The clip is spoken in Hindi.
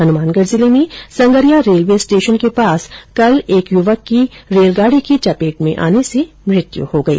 हनुमानगढ़ जिले में संगरिया रेल्वे स्टेशन के पास कल एक युवक की ट्रेन की चपेट में आने से मौत हो गई